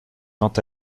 quant